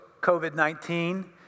COVID-19